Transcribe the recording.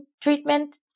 treatment